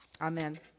Amen